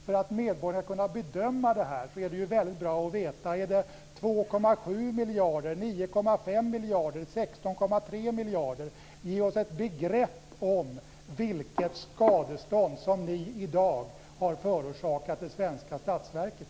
För att medborgarna skall kunna bedöma detta vore det väldigt bra att veta om det handlar om 2,7 miljarder, 9,5 miljarder eller 16,3 miljarder. Ge oss ett begrepp om vilket skadestånd regeringen i dag har förorsakat det svenska statsverket!